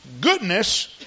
goodness